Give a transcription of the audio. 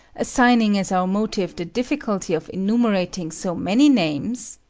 assigning as our motive the difficulty of enumerating so many names?